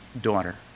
daughter